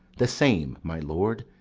the same, my lord,